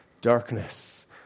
Darkness